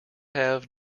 have